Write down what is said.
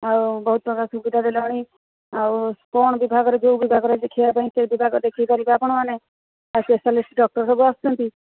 ଆଉ ବହୁତ ପ୍ରକାର ସୁବିଧା ଦେଲାଣି ଆଉ ଷ୍ଟୋନ୍ ବିଭାଗରେ ଯେଉଁ ବିଭାଗରେ ଦେଖିବା ପାଇଁ ସେହି ବିଭାଗରେ ଦେଖାଇ ପାରିବେ ଆପଣମାନେ ଆଉ ସ୍ପେସାଲିଷ୍ଟ୍ ଡକ୍ଟର୍ ସବୁ ଆସୁଛନ୍ତି